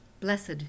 Blessed